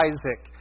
Isaac